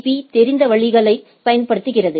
பீ க்கு தெரிந்த வழிகளைப் பயன்படுத்துகிறது